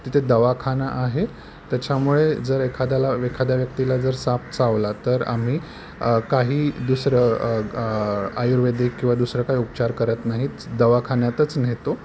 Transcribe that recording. तिथे दवाखाना आहे त्याच्यामुळे जर एखाद्याला एखाद्या व्यक्तीला जर साप चावला तर आम्ही काही दुसरं आयुर्वेदिक किंवा दुसरं काय उपचार करत नाहीच दवाखान्यातच नेतो